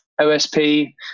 OSP